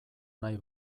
nahi